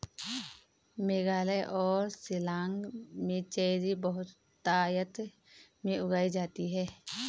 मेघालय और शिलांग में चेरी बहुतायत में उगाई जाती है